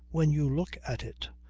when you look at it,